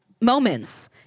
moments